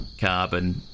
carbon